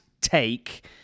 take